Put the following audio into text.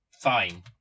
fine